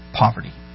poverty